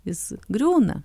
jis griūna